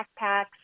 backpacks